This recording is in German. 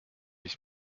ich